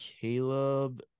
Caleb